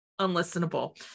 unlistenable